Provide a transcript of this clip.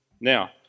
Now